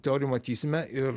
teorijų matysime ir